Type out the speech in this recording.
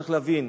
צריך להבין,